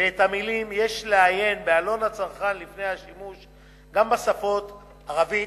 ואת המלים "יש לעיין בעלון לצרכן לפני השימוש" גם בשפות ערבית,